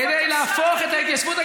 כדי להפוך את ההתיישבות,